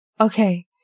Okay